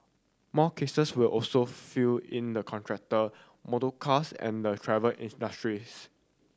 more cases will also filed in the contractor the motorcars and the travel industries